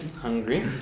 hungry